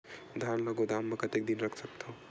धान ल गोदाम म कतेक दिन रख सकथव?